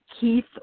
Keith